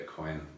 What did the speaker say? Bitcoin